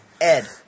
Ed